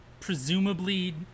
presumably